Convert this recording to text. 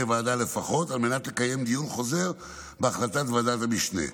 הוועדה לפחות על מנת לקיים דיון חוזר בהחלטת ועדת המשנה.